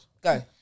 Go